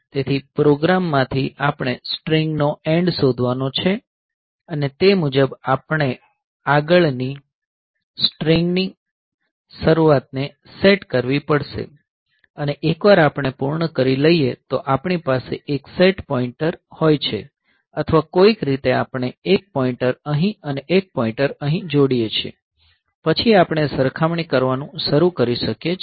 તેથી પ્રોગ્રામ માંથી આપણે સ્ટ્રીંગનો એન્ડ શોધવાનો છે અને તે મુજબ આપણે આગળની સ્ટ્રીંગની શરૂઆત ને સેટ કરવી પડશે અને એકવાર આપણે પૂર્ણ કરી લઈએ તો આપણી પાસે એક સેટ પોઇન્ટર હોય છે અથવા કોઈક રીતે આપણે એક પોઈંટર અહીં અને એક પોઈંટર અહીં જોડીએ છીએ પછી આપણે સરખામણી કરવાનું શરૂ કરી શકીએ છીએ